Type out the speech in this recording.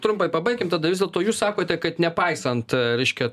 trumpai pabaikim tada vis dėlto jūs sakote kad nepaisant reiškia